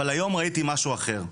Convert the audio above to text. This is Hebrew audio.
אבל היום ראיתי משהו אחר,